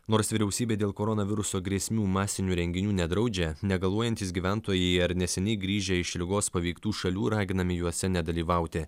nors vyriausybė dėl koronaviruso grėsmių masinių renginių nedraudžia negaluojantys gyventojai ar neseniai grįžę iš ligos paveiktų šalių raginami juose nedalyvauti